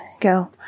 go